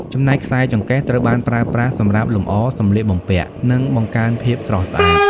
ចំណែកខ្សែចង្កេះ ត្រូវបានប្រើប្រាស់សម្រាប់លម្អសំលៀកបំពាក់ និងបង្កើនភាពស្រស់ស្អាត។